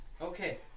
Okay